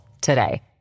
today